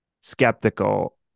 skeptical